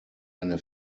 eine